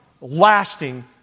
lasting